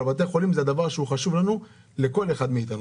אבל בתי החולים חשובים לכל אחד מאיתנו.